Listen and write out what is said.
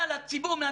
דרך